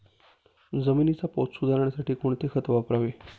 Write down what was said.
जमिनीचा पोत सुधारण्यासाठी कोणते खत वापरावे?